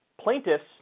plaintiffs